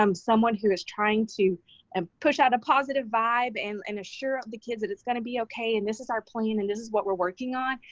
um someone who is trying to and push out a positive vibe and and assure the kids that it's going to be okay, and this is our plan, and this is what we're working on,